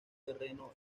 terreno